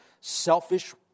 selfish